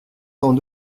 sans